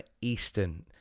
Eastern